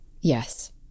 Yes